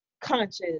conscious